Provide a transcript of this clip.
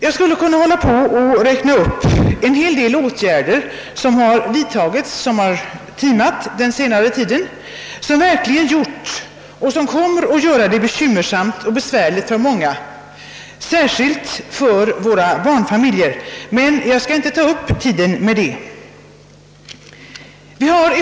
Jag skulle kunna hålla på och räkna upp en hel del åtgärder som har vidtagits på senare tid, vilka verkligen gjort och kommer att göra det bekymmersamt och besvärligt för många, särskilt för barnfamiljerna, men jag skall inte ta upp tiden med det.